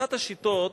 אחת השיטות: